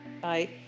Bye